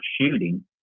shooting